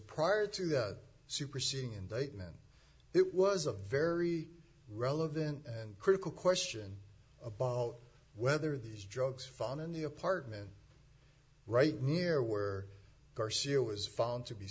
prior to the superseding indictment it was a very relevant and critical question about whether these drugs found in the apartment right near where garcia was found to be